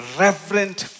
reverent